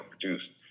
produced